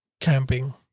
Camping